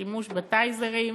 השימוש בטייזרים,